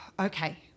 Okay